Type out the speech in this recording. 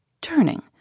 Turning